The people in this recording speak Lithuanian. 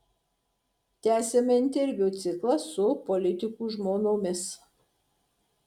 tęsiame interviu ciklą su politikų žmonomis